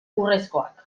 urrezkoak